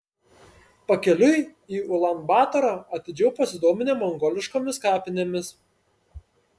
pakeliui į ulan batorą atidžiau pasidomime mongoliškomis kapinėmis